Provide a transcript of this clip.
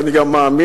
ואני גם מאמין,